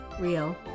real